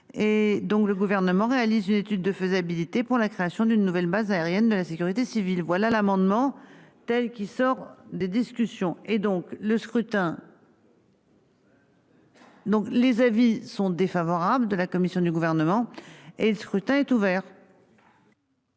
le gouvernement réalise une étude de faisabilité pour la création d'une nouvelle base aérienne de la sécurité civile. Voilà l'amendement telle qui sort des discussions et donc le scrutin. Donc, les avis sont défavorables de la commission du gouvernement et le scrutin est ouvert.